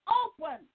open